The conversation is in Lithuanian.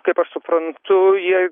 kaip aš suprantu jie